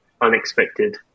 unexpected